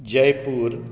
Jaipur